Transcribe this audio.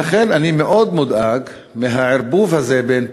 לכן אני מאוד מודאג מהערבוב הזה בין פליליות,